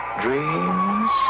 dreams